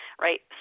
Right